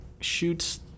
shoots